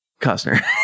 Costner